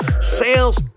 sales